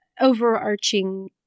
overarching